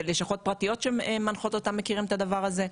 זה לשכות פרטיות שמנחות אותם ומכירים את הדבר הזה.